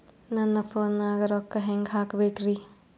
ನನ್ನ ಫೋನ್ ನಾಗ ರೊಕ್ಕ ಹೆಂಗ ಹಾಕ ಬೇಕ್ರಿ?